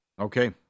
okay